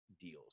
deals